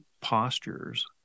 postures